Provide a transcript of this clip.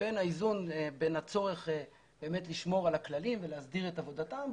ואת הצורך לשמור על הכללים ולהסדיר את עבודתן,